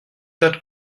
that